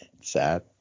Sad